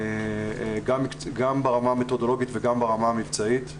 גם ברמה המתודולוגית וגם ברמה המבצעית.